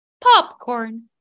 popcorn